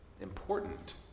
important